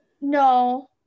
No